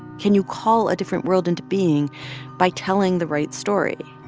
can you call a different world into being by telling the right story?